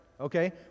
Okay